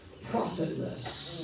profitless